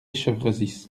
chevresis